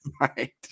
Right